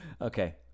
okay